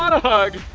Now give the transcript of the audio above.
a hug.